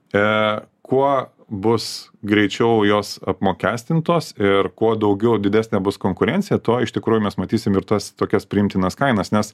e kuo bus greičiau jos apmokestintos ir kuo daugiau didesnė bus konkurencija tuo iš tikrųjų mes matysim ir tas tokias priimtinas kainas nes